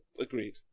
Agreed